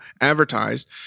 advertised